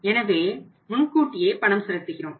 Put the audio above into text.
எனவே முன்கூட்டியே பணம் செலுத்துகிறோம்